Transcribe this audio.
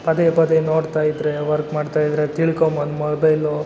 ಪದೇ ಪದೇ ನೋಡ್ತಾ ಇದ್ದರೆ ವರ್ಕ್ ಮಾಡ್ತಾ ಇದ್ದರೆ ತಿಳ್ಕೊಬೋದು ಮೊಬೈಲು